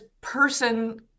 person